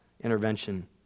intervention